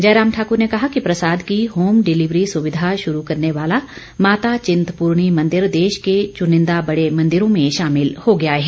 जयराम ठाकुर ने कहा कि प्रसाद की होम डिलिवरी सुविधा शुरू करने वाला माता चिंतपूर्णी मंदिर देश के चुनिंदा बड़े मंदिरों में शामिल हो गया है